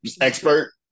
expert